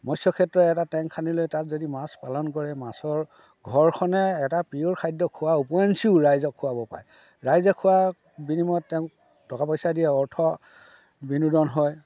মৎস্য়ক্ষেত্ৰ এটা টেংক খানি লৈ তাত যদি মাছ পালন কৰে মাছৰ ঘৰখনে এটা পিয়'ৰ খাদ্য খোৱাৰ উপৰিঞ্চিও ৰাইজক খুৱাব পাৰে ৰাইজে খোৱা বিনিময়ত তেওঁক টকা পইচা দিয়া অৰ্থ বিনোদন হয়